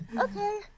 Okay